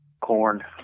corn